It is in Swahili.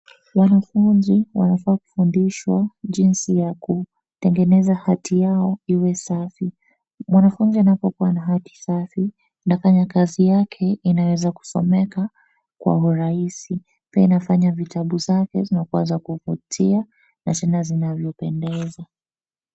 Wanafunzi wanafaa kufundishwa jinsi ya kutengeneza hati yao iwe safi. Mwanafunzi anapkuwa na hati safi anafanya kazi yake inaweza someka kwa urahisi. Pia inafanya vitabu zake zinakuwa za kuvutia na tena za kupendeza.